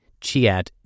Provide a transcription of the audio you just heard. Chiat